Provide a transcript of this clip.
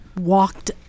walked